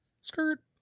Skirt